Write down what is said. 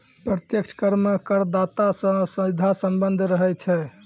प्रत्यक्ष कर मे करदाता सं सीधा सम्बन्ध रहै छै